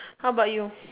how about you